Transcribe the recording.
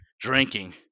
drinking